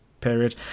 period